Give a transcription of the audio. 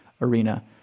arena